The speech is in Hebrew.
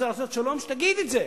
הממשלה רוצה לעשות שלום, שתגיד את זה,